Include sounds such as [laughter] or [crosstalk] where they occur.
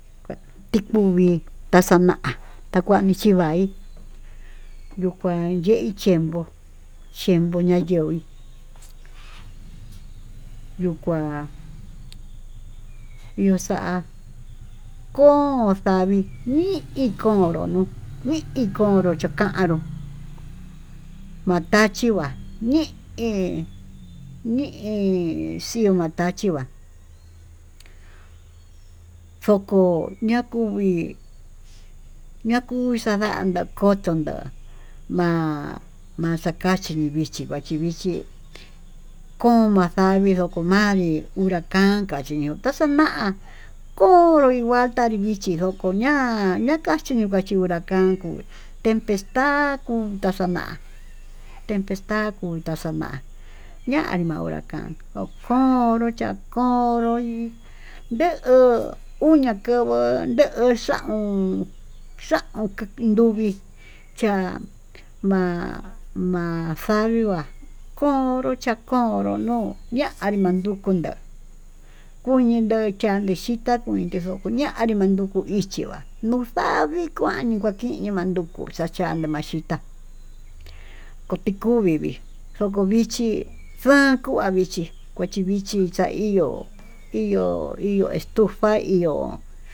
Kua tikuvii taxana'a takuanichi va'í, yuu kua yee chenvo'o chinvo'ó ñayoí [hesitation] yuu kuá yuu xa'á ko'o savii nii konró nuu nii konró chika'a nró [noise] matachi nguá ñi'i ñi'i xiumatachí va'á foxoo ña'a ku vii ñakuu xandantá kotónda ma'a maxakachí vii chi huachivichí, ko'o maxavii ndikonanrí yuu kakanka chiyo'ó kaxana konró ikuatá ivixhí ndoko ña'a ñakachí nikachi uracán tempesta kuta xa'a na'á, empesta kuta xa'a na'á ñanrí na'a urakán konró cha'a konró nii nduu uña'a kovo'ó ndo'o xhaun, xhaun anduvii chá ma'a ma'a xavii huá konró chakonró no'o ñanrí manduku ña'a kunii ño'o chandi xhita kunii ndo'ó indoko ñadii hindoko ichí va'á nuu xavii kuani kuakiño'o, manduku xhaxhani maxhitá kuu tii kuví toko vichí xankua vichí kuachí vichí xa'a ihó ihó ihó estufa ihó.